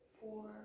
Four